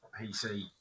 PC